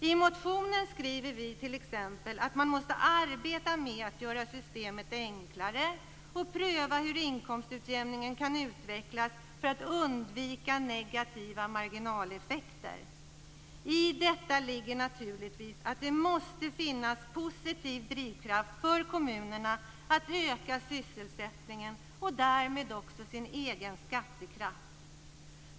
I motionen skriver vi t.ex. att man måste arbeta med att göra systemet enklare och pröva hur inkomstutjämningen kan utvecklas för att undvika negativa marginaleffekter. I detta ligger naturligtvis att det måste finnas positiv drivkraft för kommunerna att öka sysselsättningen och därmed också sin egen skattekraft.